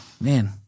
man